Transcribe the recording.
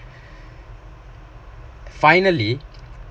finally